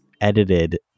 edited